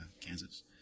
Kansas